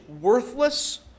worthless